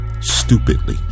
stupidly